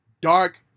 Dark